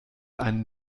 einen